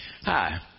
Hi